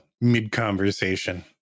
mid-conversation